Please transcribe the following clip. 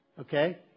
Okay